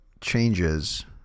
changes